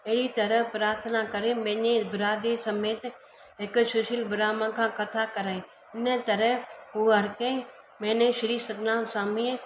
अहिड़ी तरह प्रार्थना करे मुंहिंजी बिरादरी समेत हिकु सुशिल ब्राह्मन खां कथा कराईं हिन तरह ुहो हर कंहिं महीने श्री सतनाम स्वामी